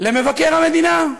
למבקר המדינה.